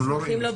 אנחנו לא רואים.